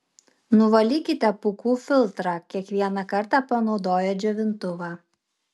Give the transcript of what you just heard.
nuvalykite pūkų filtrą kiekvieną kartą panaudoję džiovintuvą